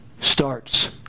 starts